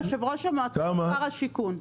יושב ראש המועצה זה שר השיכון.